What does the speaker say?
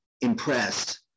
impressed